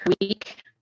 week